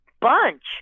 bunch